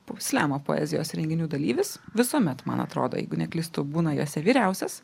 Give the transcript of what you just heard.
pupslemo poezijos renginių dalyvis visuomet man atrodo jeigu neklystu būna jose vyriausias